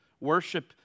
Worship